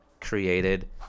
created